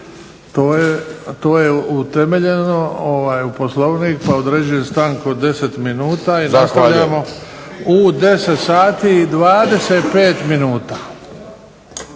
To je utemeljeno u Poslovnik pa određujem stanku od 10 minuta i nastavljamo u 10,25 minuta.